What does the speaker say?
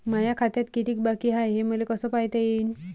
माया खात्यात कितीक बाकी हाय, हे मले कस पायता येईन?